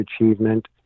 achievement